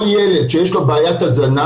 כל ילד שיש לו בעיית הזנה,